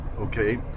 Okay